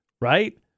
right